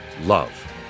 love